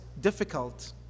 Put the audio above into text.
difficult